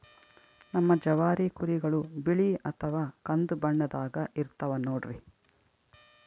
ನಮ್ ಜವಾರಿ ಕುರಿಗಳು ಬಿಳಿ ಅಥವಾ ಕಂದು ಬಣ್ಣದಾಗ ಇರ್ತವ ನೋಡ್ರಿ